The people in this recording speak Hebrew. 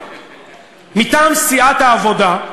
מטעם סיעת העבודה,